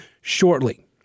shortly